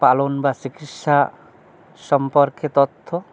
পালন বা চিকিৎসা সম্পর্কে তথ্য